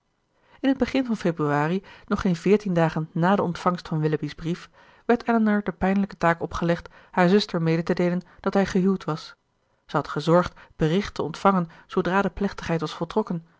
in t begin van februari nog geen veertien dagen na de ontvangst van willoughby's brief werd elinor de pijnlijke taak opgelegd haar zuster mede te deelen dat hij gehuwd was zij had gezorgd bericht te ontvangen zoodra de plechtigheid was voltrokken